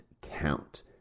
count